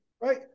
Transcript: Right